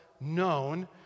known